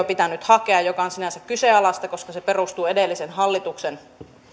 pitänyt hakea mikä on sinänsä kyseenalaista koska se perustuu edellisen hallituksen